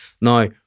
Now